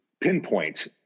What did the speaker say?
pinpoint